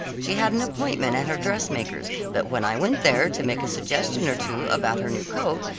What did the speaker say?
she had an appointment at her dressmaker's, but when i went there to make a suggestion or two about her new coat,